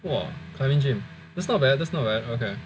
!wah! climbing gym that's not that's not bad okay